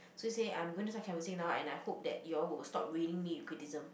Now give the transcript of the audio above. so he say I'm going to start canvassing now and I hope that you all will stop ridding me with criticism